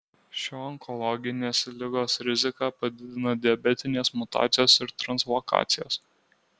šio onkologinės ligos riziką padidina diabetinės mutacijos ir translokacijos